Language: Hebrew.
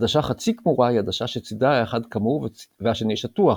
עדשה חצי קמורה היא עדשה שצדה האחד קמור והשני שטוח,